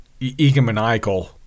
egomaniacal